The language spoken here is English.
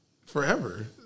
forever